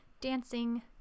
dancing